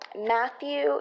Matthew